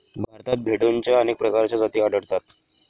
भारतात भेडोंच्या अनेक प्रकारच्या जाती आढळतात